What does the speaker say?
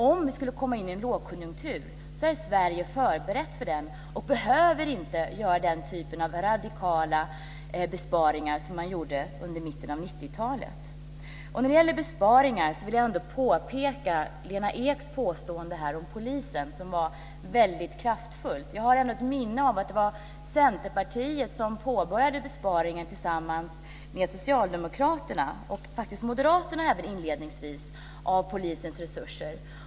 Om vi skulle komma in i en lågkonjunktur är Sverige därför förberett för den och behöver inte göra den typ av radikala besparingar som gjordes under mitten av 90-talet. När det gäller besparingar vill jag kommentera Lena Eks påstående om polisen, som var väldigt kraftfullt. Jag har ett minne av att det var Centerpartiet som tillsammans med Socialdemokraterna - och faktiskt även Moderaterna inledningsvis - påbörjade besparingen på polisens resurser.